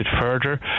further